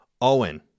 Owen